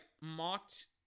mocked